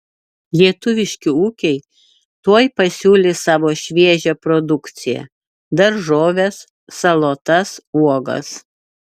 lietuviški ūkiai tuoj pasiūlys savo šviežią produkciją daržoves salotas uogas